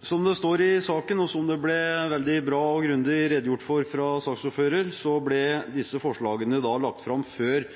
Som det står i saken, og som det ble veldig bra og grundig redegjort for av saksordfører, så ble disse forslagene lagt fram før